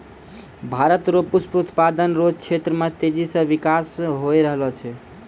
भारत रो पुष्प उत्पादन रो क्षेत्र मे तेजी से बिकास होय रहलो छै